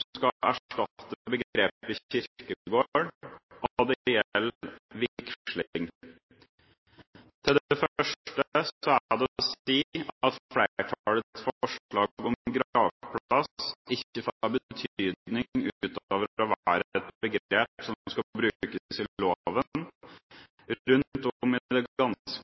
skal erstatte begrepet kirkegård, og det gjelder vigsling. Til det første er det å si at flertallets forslag om gravplass ikke får betydning utover å være et begrep som skal brukes i loven. Rundt om